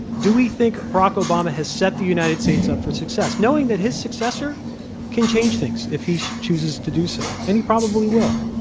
do we think barack obama has set the united states up for success, knowing that his successor can change things, if he chooses to do so. and he probably will.